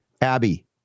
Abby